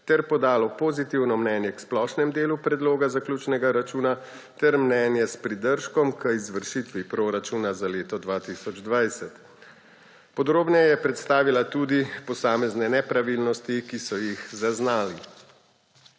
ter podalo pozitivno mnenje k splošnem delu predloga zaključnega računa ter mnenje s pridržkom k izvršitvi proračuna za leto 2020. Podrobneje je predstavila tudi posamezne nepravilnosti, ki so jih zaznali.